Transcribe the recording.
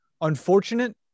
unfortunate